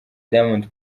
diamond